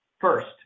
First